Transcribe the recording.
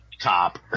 top